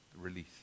release